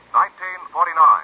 1949